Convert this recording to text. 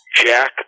jack